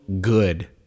good